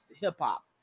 hip-hop